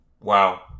Wow